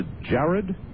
Jared